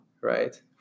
right